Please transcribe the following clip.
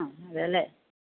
ആഹ് അതെയല്ലേ